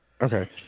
Okay